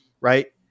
right